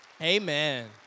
Amen